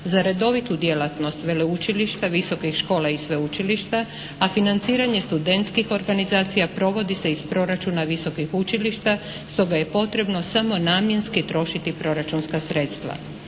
za redovitu djelatnost Veleučilišta, Visokih škola i Sveučilišta. A financiranje studentskih organizacija provodi se iz proračuna Visokih učilišta. Stoga je potrebno samo namjenski trošiti proračunska sredstva.